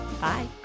Bye